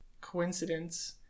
coincidence